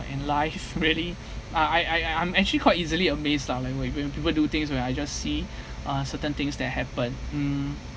in life really uh I I I'm actually quite easily amazed lah like when even people do things where I just see uh certain things that happen um